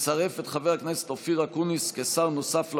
לצרף את חבר הכנסת אופיר אקוניס כשר נוסף לממשלה,